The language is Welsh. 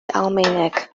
almaeneg